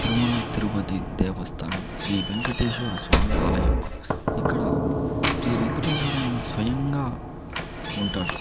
తిరుమల తిరుపతి దేవస్థానం శ్రీ వెంకటేశ్వర స్వామీ ఆలయం ఇక్కడ శ్రీ వెంకటేశ్వరుడు స్వయంగా ఉంటాడు